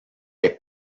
est